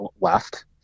left